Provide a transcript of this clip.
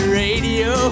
radio